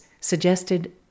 suggested